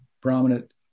prominent